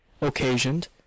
occasioned